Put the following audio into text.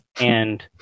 And-